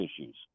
issues